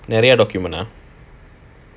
நிறைய:niraiya document ah